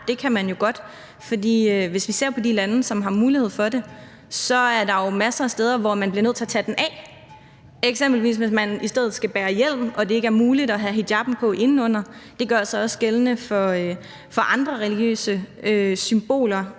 kan man jo godt have, for hvis vi ser på de lande, som giver mulighed for det, så vil vi se, at der er masser af steder, hvor man bliver nødt til at tage den af, eksempelvis hvis man i stedet skal bære hjelm og det ikke er muligt at have hijabben på indenunder. Det gør sig også gældende for andre religiøse symboler,